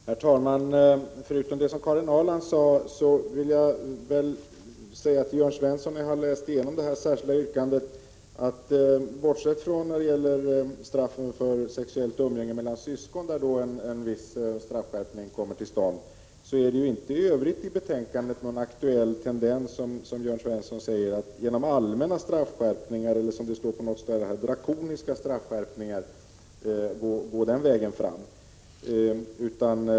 Herr talman! Förutom det som Karin Ahrland framhöll vill jag till Jörn Svensson säga, efter att ha läst igenom det särskilda yrkandet, att bortsett från straffen för sexuellt umgänge mellan syskon, där en viss straffskärpning kommer till stånd, finns inte i betänkandet i övrigt någon aktuell tendens, som Jörn Svensson säger, att genom allmänna eller drakoniska straffskärpningar gå den vägen fram.